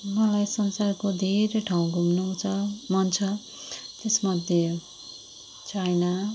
मलाई संसारको धेरै ठाउँ घुम्नु छ मन छ त्यस मध्ये चाइना